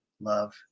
love